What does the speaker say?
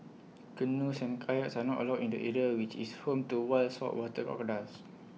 canoes and kayaks are not allowed in the area which is home to wild saltwater crocodiles